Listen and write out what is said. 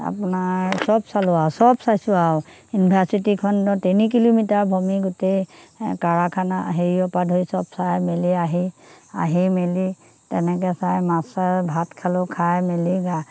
আপোনাৰ চব চালোঁ আৰু চব চাইছোঁ আৰু ইউনিভাৰ্চিটিখনো তিনি কিলোমিটাৰ ভ্ৰমি গোটেই কাৰাখানা হেৰিঅৰ পৰা ধৰি চব চাই মেলি আহি আহি মেলি তেনেকে চাই মাছেৰে ভাত খালোঁ খাই মেলি